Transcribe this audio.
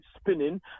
spinning